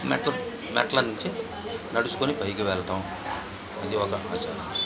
మెట్ల మెట్ల నుంచి నడుచుకొని పైకి వెళడం ఇది ఒక ఆచారం